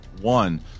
one